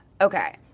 okay